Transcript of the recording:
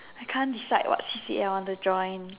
I can't decide what C_C_A I want to join